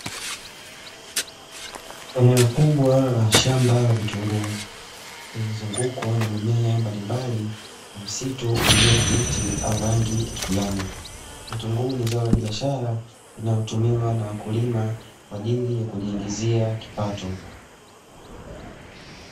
Eneo kubwa la shamba la vitunguu, limezungukwa na mimea mbalimbali na msitu ulio na miti au rangi ya kijani. Vitunguu ni zao la biashara linalotumiwa na wakulima kwa ajili ya kujiingizia kipato.